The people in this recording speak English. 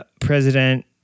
President